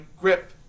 grip